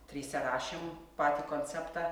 trise rašėm patį konceptą